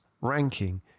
ranking